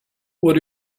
what